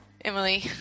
Emily